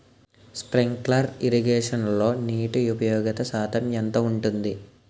Sprinkler ఇరగేషన్లో నీటి ఉపయోగ శాతం ఎంత ఉంటుంది?